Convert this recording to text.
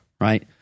Right